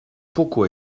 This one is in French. pourquoi